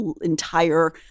entire